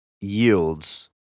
yields